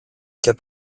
και